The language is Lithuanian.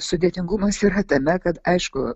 sudėtingumas yra tame kad aišku